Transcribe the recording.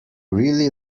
really